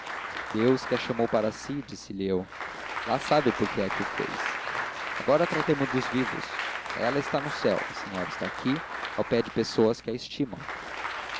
deus que a chamou para si disse-lhe eu lá sabe por que é que o fez agora tratemos dos vivos ela está no céu a senhora está aqui ao pé de pessoas que a estimam